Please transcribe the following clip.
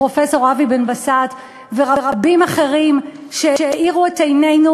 לפרופסור אבי בן-בסט ולרבים אחרים שהאירו את עינינו